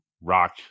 rock